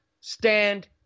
stand